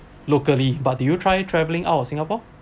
locally but did you try travelling out of singapore